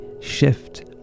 shift